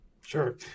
Sure